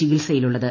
ചികിത്സയിലുള്ളത്